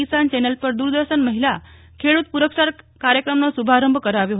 કિસાન channel પર દૂરદર્શન મહિલા ખેડૂત પુરસ્કાર કાર્યક્રમનો શુભારંભ કરાવ્યો